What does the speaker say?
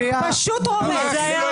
פשוט רומס.